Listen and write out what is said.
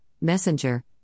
Messenger